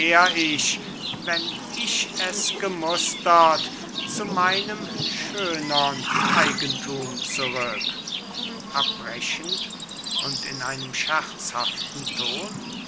ich wenn ich es gemustert zu meinem schönern eigentum zurück abbrechend und in einem scherzhaften ton